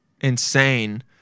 insane